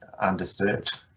undisturbed